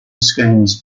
schemes